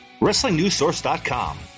WrestlingNewsSource.com